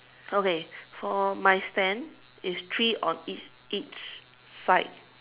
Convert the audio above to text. okay for my stand is three on each each side